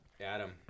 Adam